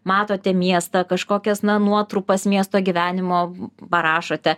matote miestą kažkokias na nuotrupas miesto gyvenimo parašote